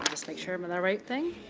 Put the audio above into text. just make sure i'm on the right thing.